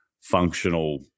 functional